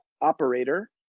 Operator